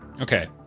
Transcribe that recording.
Okay